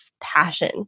passion